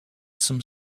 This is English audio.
some